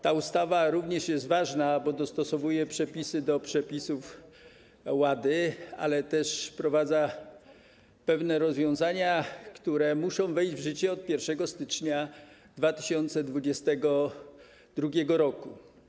Ta ustawa również jest ważna, bo dostosowuje przepisy do przepisów WADA, ale też wprowadza pewne rozwiązania, które muszą wejść w życie od 1 stycznia 2022 r.